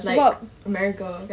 like america